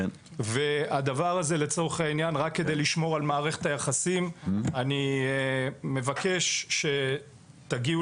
לגבי הדבר הזה רק כדי לשמור על מערכת היחסים אני מבקש שתגיעו